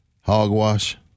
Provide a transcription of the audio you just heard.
Hogwash